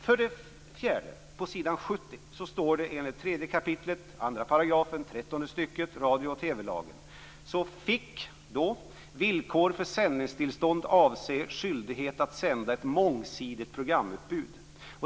För det fjärde står det på s. 70 att enligt "3 kap. 2 § 13 radio och TV-lagen får villkor för sändningstillstånd avse skyldighet att sända ett mångsidigt programutbud".